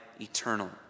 eternal